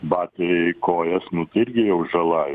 batai kojas nu tai irgi jau žala